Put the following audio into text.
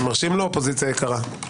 מרשים לו, אופוזיציה יקרה?